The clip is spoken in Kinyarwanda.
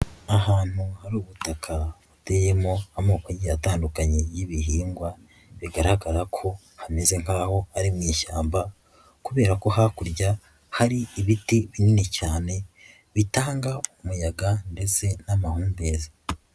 Ahantu hari ubutaka buteyemo amoko agiye atandukanye y'ibihingwa bigaragara ko hameze nkaho ari mu ishyamba kubera ko hakurya hari ibiti binini cyane bitanga umuyaga ndetse n'amahumbezi.